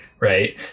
Right